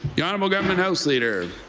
the honorable government house leader.